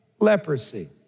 leprosy